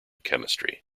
chemistry